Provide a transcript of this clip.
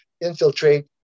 infiltrate